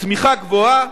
צמיחה גבוהה.